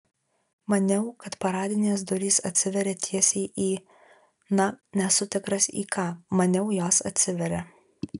maniau kad paradinės durys atsiveria teisiai į na nesu tikras į ką maniau jos atsiveria